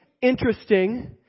interesting